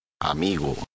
Amigo